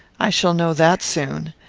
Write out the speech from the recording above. i shall know that soon.